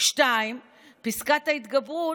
2. פסקת ההתגברות,